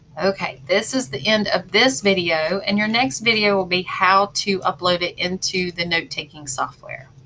ok, this is the end of this video and your next video will be how to upload it into the note-taking software